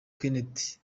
kenneth